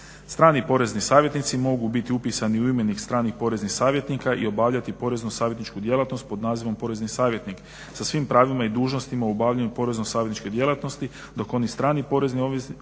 Strani porezni savjetnici mogu biti upisani u imenik stranih poreznih savjetnika i obavljati porezno savjetničku djelatnost pod nazivom porezni savjetnik sa svim pravima i dužnostima u obavljanju porezno savjetničke djelatnosti. Dok oni strani porezni